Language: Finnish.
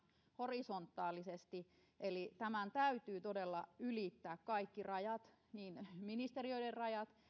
horisontaalisesti eli tämän täytyy todella ylittää kaikki rajat niin ministeriöiden rajat